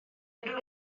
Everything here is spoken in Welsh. unrhyw